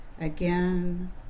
again